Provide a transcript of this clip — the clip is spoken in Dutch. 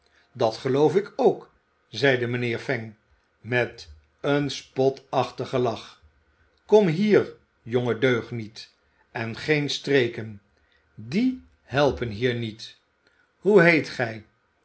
dat geloof ik ook zeide mijnheer fang met een spotachtigen lach kom hier jonge deugniet en geen streken die helpen hier niet hoe heet gij